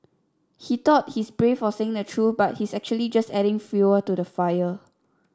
he thought he's brave for saying the truth but he's actually just adding fuel to the fire